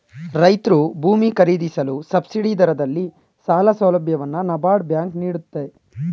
ರೈತ್ರು ಭೂಮಿ ಖರೀದಿಸಲು ಸಬ್ಸಿಡಿ ದರದಲ್ಲಿ ಸಾಲ ಸೌಲಭ್ಯವನ್ನು ನಬಾರ್ಡ್ ಬ್ಯಾಂಕ್ ನೀಡುತ್ತೆ